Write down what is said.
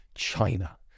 China